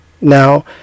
Now